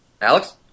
Alex